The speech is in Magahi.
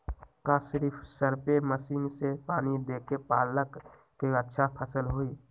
का सिर्फ सप्रे मशीन से पानी देके पालक के अच्छा फसल होई?